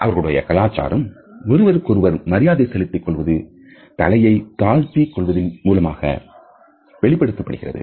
அவருடைய கலாச்சாரம் ஒருவருக்கொருவர் மரியாதை செலுத்தி கொள்வது தலைகளை தாழ்த்திக் கொள்வதின் மூலம் வெளிப்படுத்தப்படுகிறது